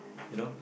you know